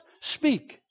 speak